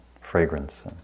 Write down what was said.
fragrance